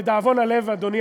לדאבון הלב, אדוני